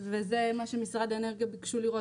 וזה מה שמשרד האנרגיה ביקשו לבדוק